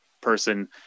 person